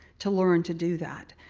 to learn to do that.